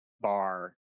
bar